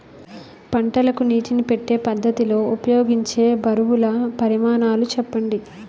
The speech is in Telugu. పంటలకు నీటినీ పెట్టే పద్ధతి లో ఉపయోగించే బరువుల పరిమాణాలు చెప్పండి?